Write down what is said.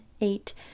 eight